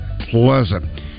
pleasant